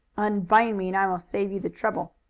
unbind me and i will save you the trouble.